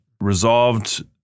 Resolved